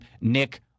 Nick